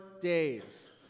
days